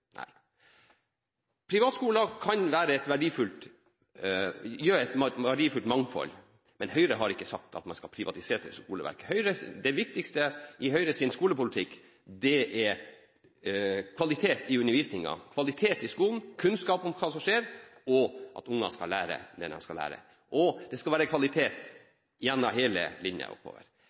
Privatskoler kan være en del av et verdifullt mangfold, men Høyre har ikke sagt at man skal privatisere skoleverket. Det viktigste i Høyres skolepolitikk er kvalitet i undervisningen i skolen og kunnskap om det som skjer, og at unger skal lære det de skal lære. Og det skal være kvalitet gjennom hele linjen oppover.